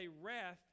wrath